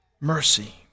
Mercy